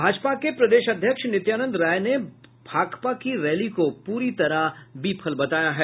भाजपा के प्रदेश अध्यक्ष नित्यानंद राय ने भाकपा की रैली को पूरी तरह विफल बताया है